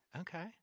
Okay